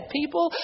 people